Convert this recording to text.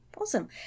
Awesome